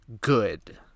good